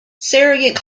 sergeant